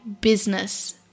business